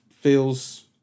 feels